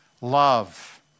love